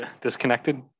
disconnected